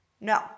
No